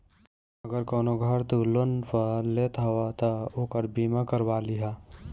अगर कवनो घर तू लोन पअ लेत हवअ तअ ओकर बीमा करवा लिहअ